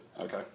Okay